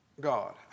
God